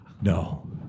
No